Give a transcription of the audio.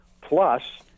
plus